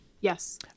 yes